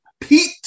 Pete